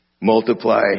multiply